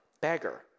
beggar